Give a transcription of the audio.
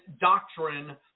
doctrine